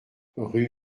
rue